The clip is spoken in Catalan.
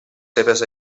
seves